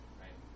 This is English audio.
right